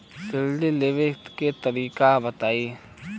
ऋण लेवे के तरीका बताई?